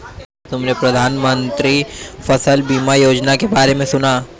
क्या तुमने प्रधानमंत्री फसल बीमा योजना के बारे में सुना?